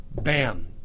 bam